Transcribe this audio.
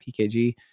pkg